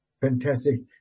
Fantastic